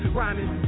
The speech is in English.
rhyming